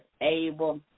able